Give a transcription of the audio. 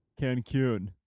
Cancun